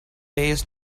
ways